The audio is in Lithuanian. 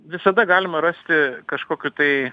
visada galima rasti kažkokių tai